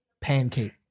pancake